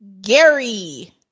Gary